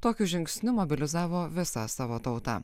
tokiu žingsniu mobilizavo visą savo tautą